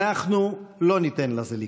אנחנו לא ניתן לזה לקרות.